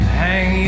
hang